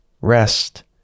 rest